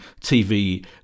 TV